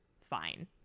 fine